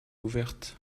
ouverte